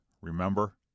remember